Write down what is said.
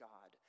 God